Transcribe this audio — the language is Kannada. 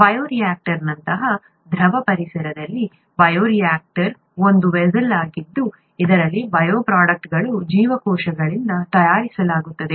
ಬಯೋರಿಯಾಕ್ಟರ್ನಂತಹ ದ್ರವ ಪರಿಸರದಲ್ಲಿ ಬಯೋರಿಯಾಕ್ಟರ್ ಒಂದು ವೆಸ್ಸೆಲ್ ಆಗಿದ್ದು ಇದರಲ್ಲಿ ಬಯೋಪ್ರೊಡಕ್ಟ್ಗಳನ್ನು ಜೀವಕೋಶಗಳಿಂದ ತಯಾರಿಸಲಾಗುತ್ತದೆ